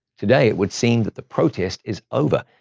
today it would seem that the protest is over.